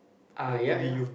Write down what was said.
ah ya ya